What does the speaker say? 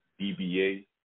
DBA